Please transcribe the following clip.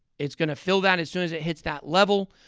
it's going to fill that as soon as it hits that level.